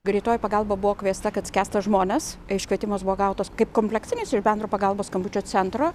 greitoji pagalba buvo kviesta kad skęsta žmonės iškvietimas buvo gautas kaip kompleksinis iš bendro pagalbos skambučio centro